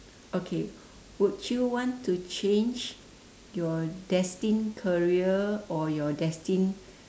okay would you want to change your destined career or your destined